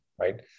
Right